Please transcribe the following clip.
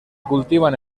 cultivan